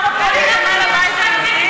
למה אתה לא פונה לבית היהודי?